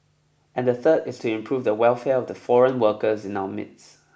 and the third is to improve the welfare of the foreign workers in our midst